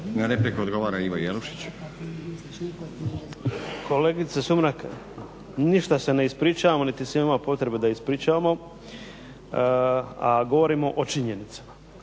**Jelušić, Ivo (SDP)** Kolegice Sumrak, ništa se ne ispričavamo niti se imamo potrebe da ispričavamo a govorimo o činjenicama.